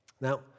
Now